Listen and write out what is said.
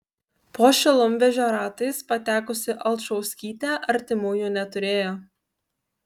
po šilumvežio ratais patekusi alčauskytė artimųjų neturėjo